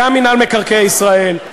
גם מינהל מקרקעי ישראל,